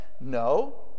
No